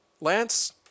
Lance